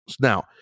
now